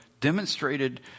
demonstrated